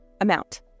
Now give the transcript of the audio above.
amount